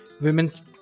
women's